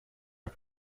are